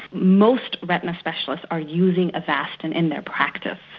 most retina specialists are using avastin in their practice.